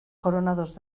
coronados